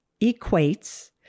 equates